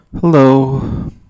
Hello